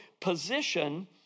position